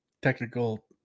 technical